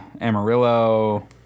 Amarillo